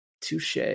touche